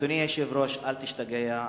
אדוני היושב-ראש, אל תשתגע.